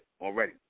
already